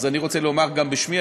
אז אני רוצה לומר גם בשמי,